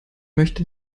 möchte